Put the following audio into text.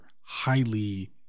highly